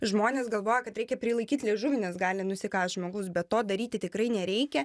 žmonės galvojo kad reikia prilaikyt liežuvį nes gali nusikalt žmogus bet to daryti tikrai nereikia